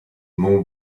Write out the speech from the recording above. mon